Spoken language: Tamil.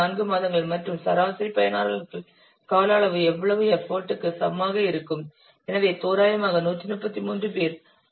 4 மாதங்கள் மற்றும் சராசரி பணியாளர்கள் கால அளவு எவ்வளவு எஃபர்ட் க்கு சமமாக இருக்கும் எனவே தோராயமாக 133 பேர் வருவார்கள்